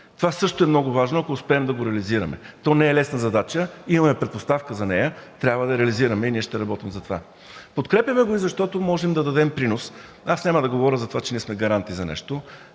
Това също е много важно, ако успеем да го реализираме. То не е лесна задача. Имаме предпоставка за нея. Трябва да я реализираме и ние ще работим за това. Подкрепяме го и защото можем да дадем принос. Аз няма да говоря за това, че ние сме гаранти за нещо.